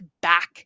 back